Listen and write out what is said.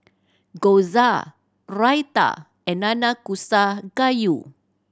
Gyoza Raita and Nanakusa Gayu